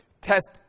test